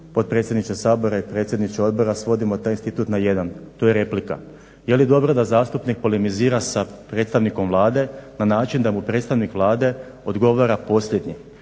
potpredsjedniče Sabora i predsjedniče odbora svodimo taj institut na jedan, to je replika. Jeli dobro da zastupnik polemizira sa predstavnikom Vlade na način da mu predstavnik Vlade odgovara posljednji,